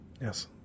Yes